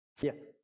Yes